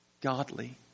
godly